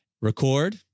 record